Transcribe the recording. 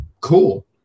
cool